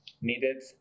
needed